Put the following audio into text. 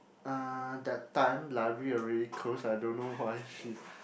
uh that time library already close I don't know why she